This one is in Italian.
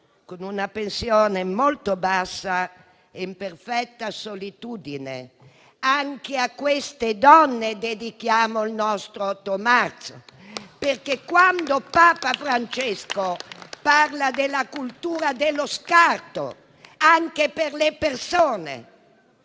con una pensione molto bassa e in perfetta solitudine. Anche a queste donne dedichiamo il nostro 8 marzo, perché Papa Francesco, quando parla della cultura dello scarto anche per le persone,